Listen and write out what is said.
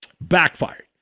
backfired